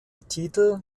titel